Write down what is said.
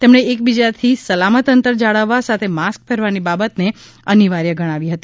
તેમણે એકબીજાથી સલામત અંતર જાળવવા સાથે માસ્ક પહેરવાની બાબત ને અનિવાર્ય ગણાવી હતી